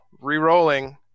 re-rolling